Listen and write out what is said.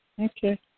Okay